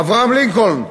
אברהם לינקולן,